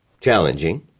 challenging